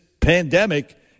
pandemic